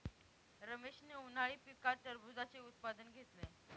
रमेशने उन्हाळी पिकात टरबूजाचे उत्पादन घेतले